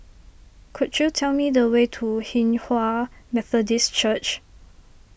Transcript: could you tell me the way to Hinghwa Methodist Church